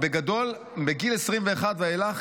בגדול, מגיל 21 ואילך